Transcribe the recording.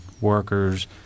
workers